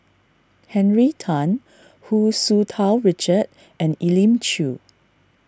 Henry Tan Hu Tsu Tau Richard and Elim Chew